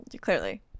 Clearly